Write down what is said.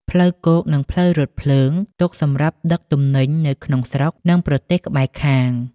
ផ្លូវគោក និងផ្លូវរថភ្លើងទុកសម្រាប់ដឹកទំនិញនៅក្នុងស្រុក និងប្រទេសក្បែរខាង។